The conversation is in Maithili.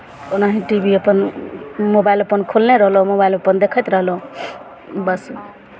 ओनाहिते टी वी अपन मोबाइल अपन खोलने रहलहुँ मोबाइल अपन देखैत रहलहुँ बस